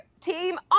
team